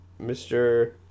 Mr